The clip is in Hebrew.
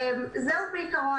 זהו בעיקרון.